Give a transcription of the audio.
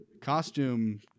costume